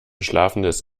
schlafendes